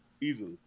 easily